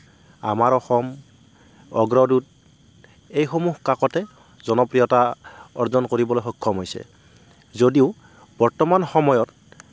আমাৰ অসম অগ্ৰদূত এইসমূহ কাকতে জনপ্ৰিয়তা অৰ্জন কৰিবলৈ সক্ষম হৈছে যদিও বৰ্তমান সময়ত